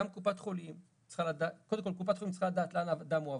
קודם כל קופת חולים צריכה לדעת לאן האדם מועבר.